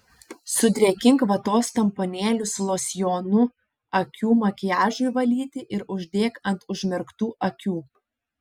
sudrėkink vatos tamponėlius losjonu akių makiažui valyti ir uždėk ant užmerktų akių